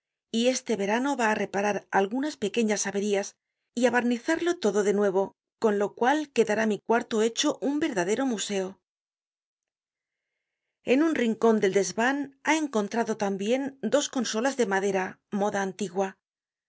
y este verano va á reparar algunas pequeñas averías y á barnizarlo todo de nuevo con lo cual quedará mi cuarto hecho un verdadero museo content from google book search generated at en un rincon del desvan ha encontrado tambien dos consolas de madera moda antigua nos